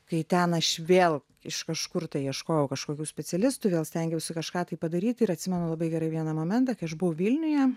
kai ten aš vėl iš kažkur tai ieškojau kažkokių specialistų vėl stengiausi kažką tai padaryti ir atsimenu labai gerai vieną momentą kai aš buvau vilniuje